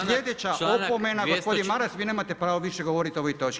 Sljedeća opomena, gospodine Maras vi nemate pravo više govoriti o ovoj točki.